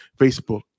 Facebook